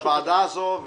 הוועדה זו,